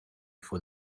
for